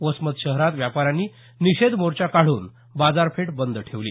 वसमत शहरात व्यापाऱ्यांनी निषेध मोर्चा काढून बाजारपेठ बंद ठेवली